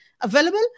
available